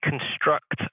construct